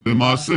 כן.